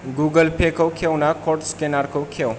Google pay खौ खेवना code scanner खौ खेव